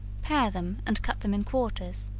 pare them, and cut them in quarters,